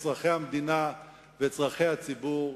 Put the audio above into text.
את צורכי המדינה ואת צורכי הציבור.